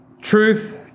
Truth